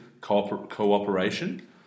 cooperation